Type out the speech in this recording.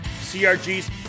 CRG's